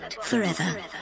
forever